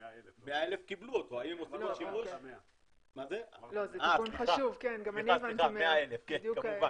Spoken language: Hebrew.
לא 100. 100,000. כמובן.